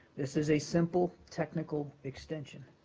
this is a simple technical extension.